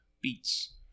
beats